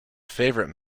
favourite